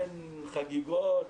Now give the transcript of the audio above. אין חגיגות?